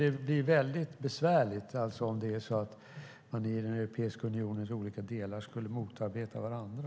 Det blir besvärligt om Europeiska unionens olika delar motarbetar varandra.